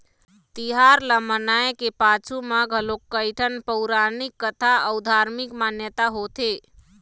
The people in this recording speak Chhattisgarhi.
तिहार ल मनाए के पाछू म घलोक कइठन पउरानिक कथा अउ धारमिक मान्यता होथे